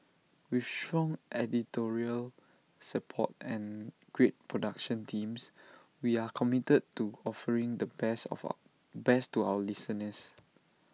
with strong editorial support and great production teams we are committed to offering the best of our best to our listeners